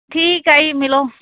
ਠੀਕ ਆ ਜੀ ਮਿਲੋ